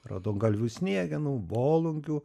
raudongalvių sniegenų volungių